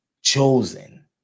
chosen